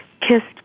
kissed